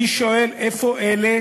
אני שואל, איפה אלה